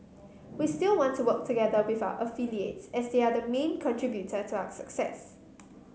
we still want to work together with our affiliates as they are the main contributor to our success